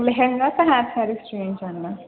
లెహెంగా కానీ హ్యాఫ్ శారీస్ చూపించండి